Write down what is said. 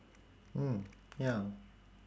mm ya